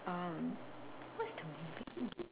um what's the movie name